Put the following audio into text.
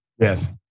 Yes